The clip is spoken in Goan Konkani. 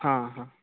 आं हां